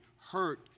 hurt